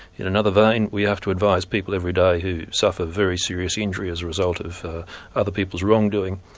in another vein, we have to advise people every day who suffer very serious injury as a result of other people's wrongdoing,